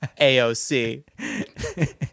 AOC